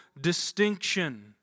distinction